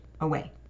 away